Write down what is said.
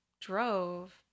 drove